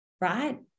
right